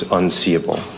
unseeable